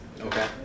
okay